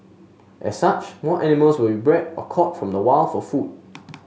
as such more animals will be bred or caught from the wild for food